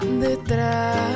detrás